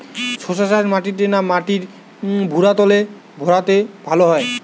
শশা চাষ মাটিতে না মাটির ভুরাতুলে ভেরাতে ভালো হয়?